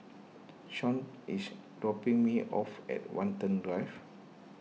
Shawnte is dropping me off at Watten Drive